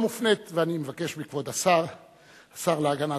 7 השר להגנת